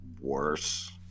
worse